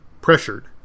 pressured